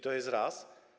To jest raz.